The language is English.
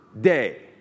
day